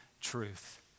truth